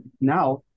now